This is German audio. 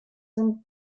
sind